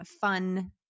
fun